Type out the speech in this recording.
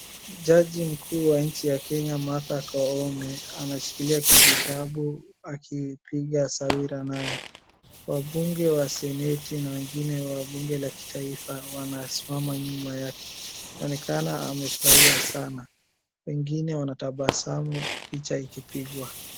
Jaji mkuu wa nchi ya Kenya Martha Koome anashikilia kijitabu akipiga sawira nayo. Wabunge wa seneti na wengine wa bunge la kitaifa wanasimama nyuma yake. Inaonekana amefurahia sana, wengine wanatabasamu picha ikipigwa.